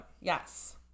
yes